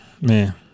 man